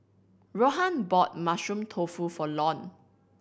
Rohan bought Mushroom Tofu for Lon